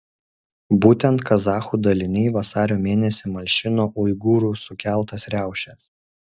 būtent kazachų daliniai vasario mėnesį malšino uigūrų sukeltas riaušes